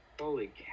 Holy